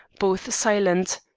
both silent.